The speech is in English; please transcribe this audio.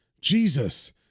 Jesus